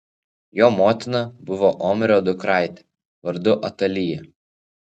jo motina buvo omrio dukraitė vardu atalija